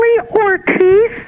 Ortiz